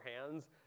hands